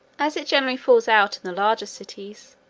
as it generally falls out in the larger cities,